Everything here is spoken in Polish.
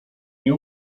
nie